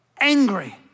angry